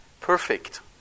perfect